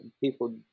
people